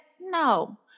No